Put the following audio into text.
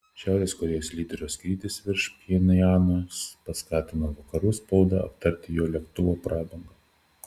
šiaurės korėjos lyderio skrydis virš pchenjano paskatino vakarų spaudą aptarti jo lėktuvo prabangą